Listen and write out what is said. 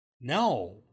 no